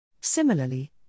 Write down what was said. Similarly